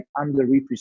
underrepresented